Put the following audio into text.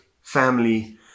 family